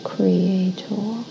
Creator